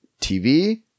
TV